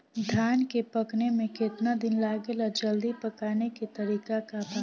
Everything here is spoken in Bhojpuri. धान के पकने में केतना दिन लागेला जल्दी पकाने के तरीका बा?